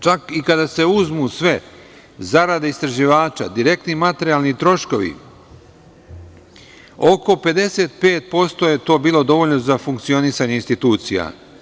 Čak i kada se uzmu sve zarade istraživača, direktni materijalni troškovi, oko 55% je bilo dovoljno za funkcionisanje institucija.